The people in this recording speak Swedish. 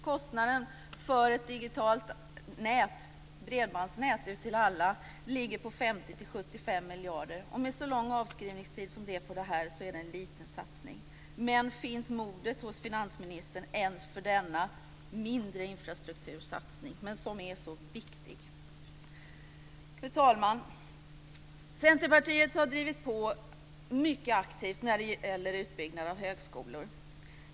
Kostnaden för ett digitalt bredbandsnät ut till alla ligger på 50 75 miljarder kronor. Med så lång avskrivningstid som det är på det här är det en liten satsning. Men finns modet hos finansministern ens för denna mindre infrastruktursatsning, som ändå är så viktig? Fru talman! Centerpartiet har drivit på mycket aktivt när det gäller utbyggnad av högskolor.